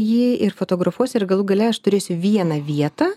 jį ir fotografuosiu ir galų gale aš turėsiu vieną vietą